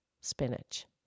spinach